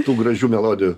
tų gražių melodijų